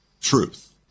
truth